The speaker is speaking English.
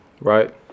right